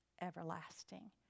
everlasting